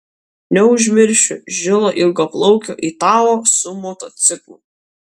neužmiršiu žilo ilgaplaukio italo su motociklu